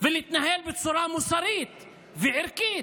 ולהתנהל בצורה מוסרית וערכית?